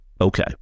Okay